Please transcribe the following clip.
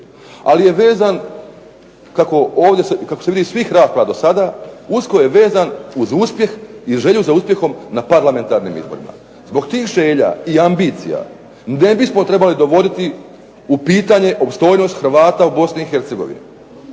ali je vezan kako se vidi iz svih rasprava do sada, usko je vezan uz uspjeh i želju za uspjehom na parlamentarnim izborima. Zbog tih želja i ambicija ne bismo trebali dovoditi u pitanje opstojnost Hrvata u Bosni